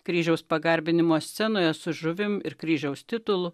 kryžiaus pagarbinimo scenoje su žuvim ir kryžiaus titulu